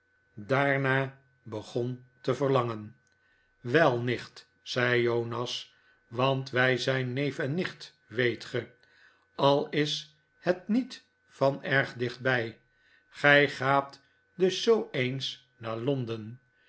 daarnaar begon te verlangen wel nicht zei jonas want wij zijn neef en nicht weet ge al is het niet van erg dichtbij gij gaat dils zoo eens naar londen